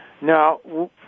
Now